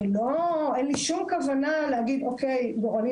אין לי שום כוונה להגיד אוקי גורלי